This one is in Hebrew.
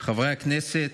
חברי הכנסת,